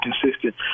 consistent